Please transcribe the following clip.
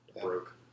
broke